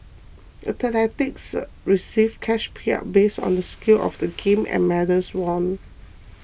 athletes receive cash payouts based on the scale of the games and medals won